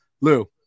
lou